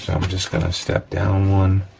i'm just gonna step down one,